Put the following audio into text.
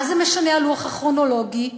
מה משנה הלוח הכרונולוגי?